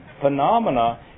phenomena